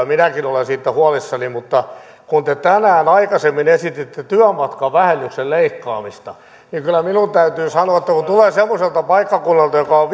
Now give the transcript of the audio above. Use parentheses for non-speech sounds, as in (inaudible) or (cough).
(unintelligible) minäkin olen siitä huolissani mutta kun te tänään aikaisemmin esititte työmatkavähennyksen leikkaamista niin kyllä minun täytyy sanoa että kun tulee semmoiselta paikkakunnalta joka on (unintelligible)